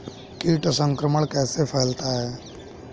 कीट संक्रमण कैसे फैलता है?